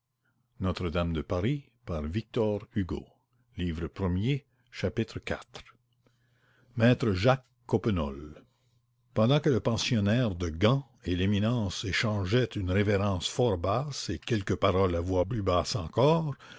flamand iv maître jacques coppenole pendant que le pensionnaire de gand et l'éminence échangeaient une révérence fort basse et quelques paroles à voix plus basse encore